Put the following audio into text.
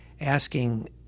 asking